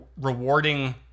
rewarding